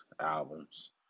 albums